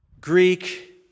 Greek